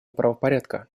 правопорядка